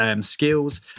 skills